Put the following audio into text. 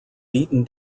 beaten